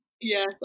Yes